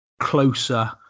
closer